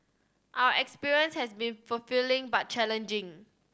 our experience has been fulfilling but challenging